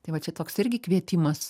tai va čia toks irgi kvietimas